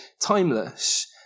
timeless